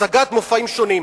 הצגת מופעים שונים,